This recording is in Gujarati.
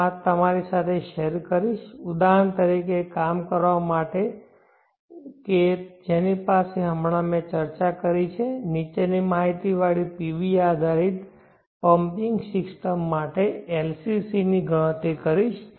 હું આ તમારી સાથે શેર કરીશ ઉદાહરણ તરીકે કામ કરવા માટે કે જેની અમે હમણાં જ ચર્ચા કરી છે નીચેની માહિતીવાળી PV આધારિત પમ્પિંગ સિસ્ટમ માટે LCC ની ગણતરી કરીશ